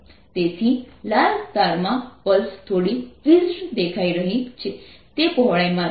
તેથી લાલ તારમાં પલ્સ થોડી સ્ક્વિઝ્ડ દેખાઈ રહી છે તે પહોળાઈ માત્ર 0